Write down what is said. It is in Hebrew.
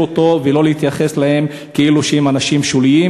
אותו ולא להתייחס אליהם כאילו שהם אנשים שוליים.